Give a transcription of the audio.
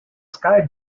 sky